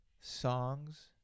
Songs